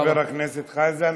תודה לחבר הכנסת חזן.